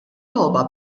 logħba